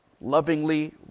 Lovingly